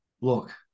look